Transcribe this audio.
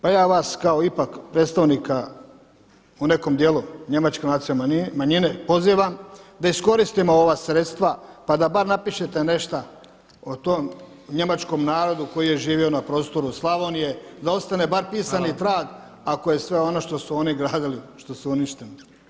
Pa ja vas kao ipak predstavnika u nekom dijelu njemačke nacionalne manjine pozivam da iskoristimo ova sredstva pa da bar napišete nešto o tom njemačkom narodu koji je živio na prostoru Slavonije, da ostane bar pisani trag ako je sve ono što su oni gradili, što su, uništeno.